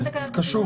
זה קשור.